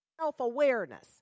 self-awareness